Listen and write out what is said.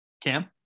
Cam